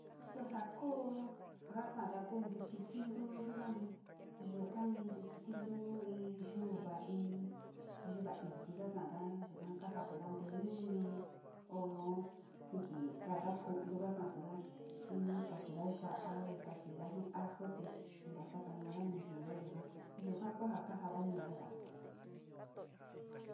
Xuka kuu njakan ndakuu nruchí tiluu yikuan'ni yo'ó kanii nruchi tiluu iin yuu va'a iin yuá ití njakanda nikua kanda kate mínuu nii ho kii kanda kulú ndakando la'a inka chinda ya'á ekachi nii ajo té inxaka nondua nuu yuu nayonga yonga akuaja njaka daño ndaya'á.